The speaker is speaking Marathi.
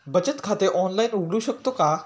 बचत खाते ऑनलाइन उघडू शकतो का?